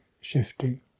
shifting